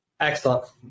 Excellent